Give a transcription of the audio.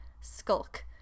skulk